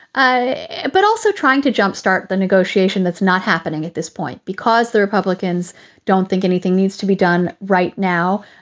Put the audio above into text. ah but also trying to jump start the negotiation. that's not happening at this point because the republicans don't think anything needs to be done right now.